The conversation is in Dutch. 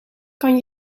kan